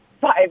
five